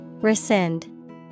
Rescind